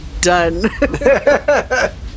done